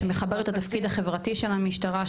שמחבר את התפקיד החברתי של המשטרה,